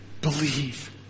Believe